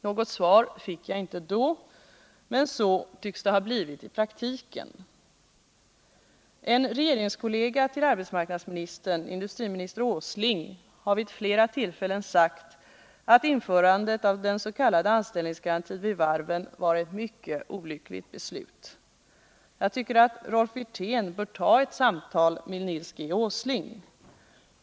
Något svar fick jag inte då, men så tycks det ha blivit i praktiken. En regeringskollega till arbetsmarknadsministern, industriminister Åsling, har vid flera tillfällen sagt att införandet av den s.k. anställningsgarantin vid varven var ett mycket olyckligt beslut. Jag tycker att Rolf Wirtén bör ta ett samtal med Nils G. Åsling.